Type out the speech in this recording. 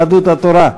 יהדות התורה.